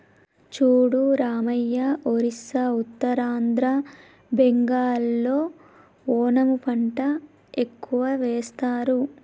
చూడు రామయ్య ఒరిస్సా ఉత్తరాంధ్ర బెంగాల్లో ఓనము పంట ఎక్కువ వేస్తారు